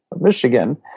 Michigan